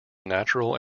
natural